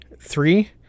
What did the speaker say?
Three